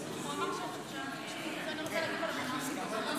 הוא אמר --- אני רוצה להגיב על המ"מחים.